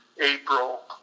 april